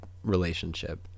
relationship